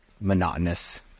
monotonous